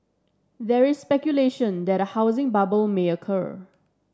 there is speculation that a housing bubble may occur